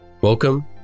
Welcome